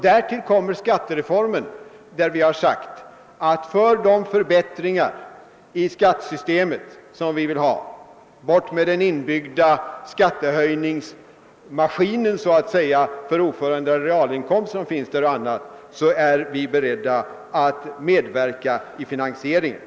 Därtill kommer skattereformen där vi sagt att beträffande de förbättringar i skattesystemet som vi önskar — bort med den inbyggda skattehöjningsmaskinen för oförändrade realinkomster och annat! — är vi beredda att medverka till finansieringen.